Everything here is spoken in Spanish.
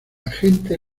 agente